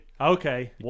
okay